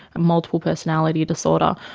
multiple personality disorder?